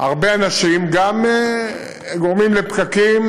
הרבה אנשים גם גורמים לפקקים,